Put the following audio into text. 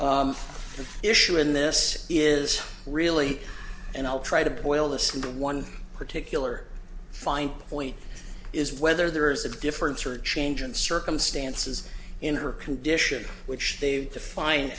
the issue in this is really and i'll try to boil this one particular fine point is whether there is a difference or a change in circumstances in her condition which they've defined